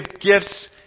gifts